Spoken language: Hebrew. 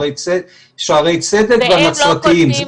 שערי צדק והנצרתיים.